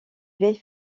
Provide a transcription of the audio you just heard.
vieille